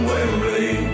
Wembley